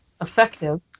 effective